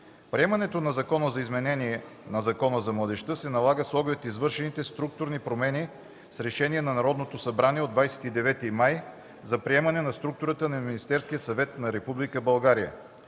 Приемането на Закона за изменение на Закона за младежта се налага с оглед на извършените структурни промени с Решение на Народното събрание от 29 май 2013 г. за приемане на структурата на Министерския съвет на Република България,